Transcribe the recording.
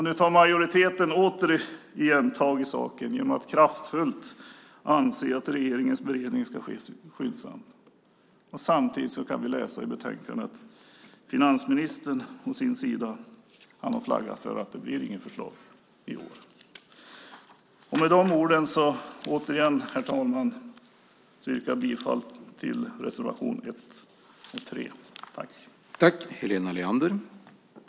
Nu tar majoriteten återigen tag i saken genom att kraftfullt anse att regeringens beredning ska ske skyndsamt. Samtidigt kan vi läsa i betänkandet att finansministern å sin sida har flaggat för att det inte blir något förslag i år. Med de orden yrkar jag återigen bifall till reservationerna 1 och 3.